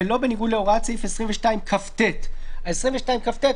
ולא בניגוד להוראת סעיף 22כט. בסעיף 22כט,